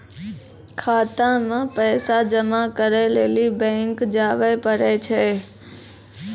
खाता मे पैसा जमा करै लेली बैंक जावै परै छै